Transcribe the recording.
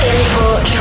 Import